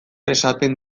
esaten